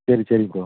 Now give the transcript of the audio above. சரி சரி ப்ரோ